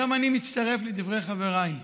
גם אני מצטרף לדברי חבריי.